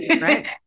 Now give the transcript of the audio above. right